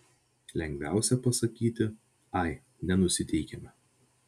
lengviausia pasakyti ai nenusiteikėme